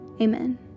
amen